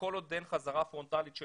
כל עוד אין חזרה פרונטלית של